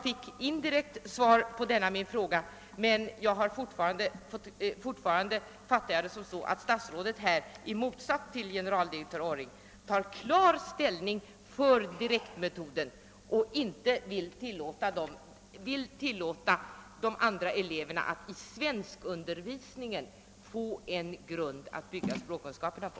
Fortfarande fattar jag emellertid svaret så, att statsrådet i motsats till generaldirektör Orring tar klar ställning för direktmetoden och inte vill tillåta eleverna att i svenskundervisningen få en grund att bygga språkkunskaperna på.